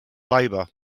labor